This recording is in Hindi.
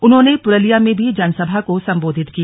उन्होंने पुरूलिया में भी जनसभा को संबोधित किया